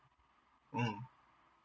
mm